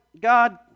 God